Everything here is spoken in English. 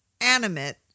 animate